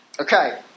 Okay